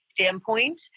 standpoint